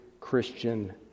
christian